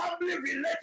family-related